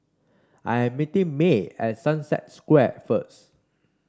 I am meeting May at Sunset Square first